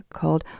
called